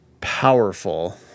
powerful